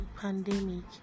pandemic